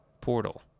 Portal